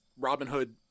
Robinhood